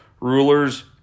rulers